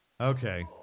Okay